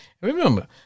Remember